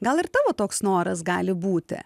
gal ir tavo toks noras gali būti